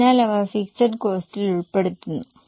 അതിനാൽ അവ ഫിക്സഡ് കോസ്റ്റിൽ ഉൾപ്പെടുതത്തുന്നു